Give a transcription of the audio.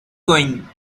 going